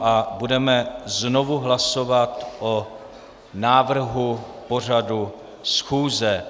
A budeme znovu hlasovat o návrhu pořadu schůze.